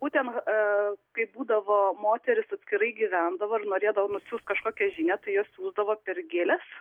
būtent kaip būdavo moteris atskirai gyvendavo ir norėdavo nusiųst kažkokią žinią tai jos siųsdavo per gėles